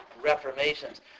reformations